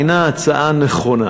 אינה הצעה נכונה.